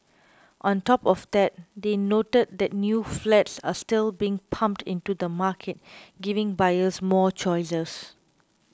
on top of that they noted that new flats are still being pumped into the market giving buyers more choices